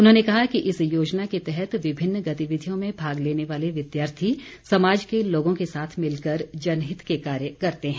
उन्होंने कहा कि इस योजना के तहत विभिन्न गतिविधियों में भाग लेने वाले विद्यार्थी समाज के लोगों के साथ मिलकर जनहित के कार्य करते हैं